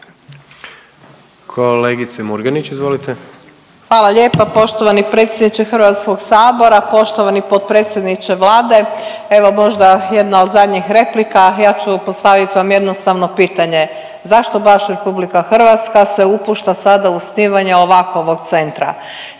izvolite. **Murganić, Nada (HDZ)** Hvala lijepa poštovani predsjedniče Hrvatskog sabora. Poštovani potpredsjedniče Vlade, evo možda jedna od zadnjih replika, ja ću postavit vam jednostavno pitanje. Zašto baš RH se upušta sada u osnivanje ovakovog centra?